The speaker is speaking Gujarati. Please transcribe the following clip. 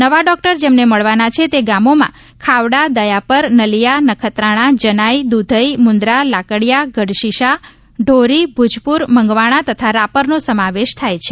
નવા ડોક્ટર જેમને મળવાના છે તે ગામમાં ખાવડા દયાપર નલીયા નખત્રાણા જનાણ દુધઇ મુંદ્રા લાકડીયા ગઢશીશા ઢોરી ભૂજપુર મંગવાણા તથા રાપરનો સમાવેશ થાય છે